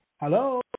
Hello